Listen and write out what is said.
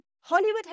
Hollywood